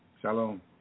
Shalom